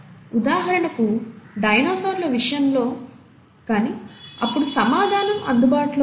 ఉదాహరణకు డైనోసార్ల విషయంలో కానీ అప్పుడు సమాధానం అందుబాటులో లేదు